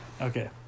okay